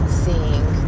seeing